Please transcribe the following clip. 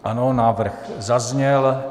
Ano, návrh zazněl.